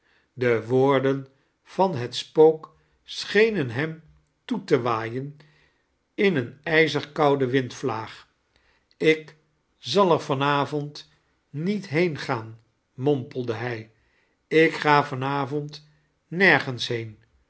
h woorden van het spook schenen hem toe te waaien in een ijzig koude windvlaag ik zal er van avond niet heengaan mompelde hij ik ga van avond nergens heen